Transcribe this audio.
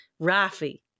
Rafi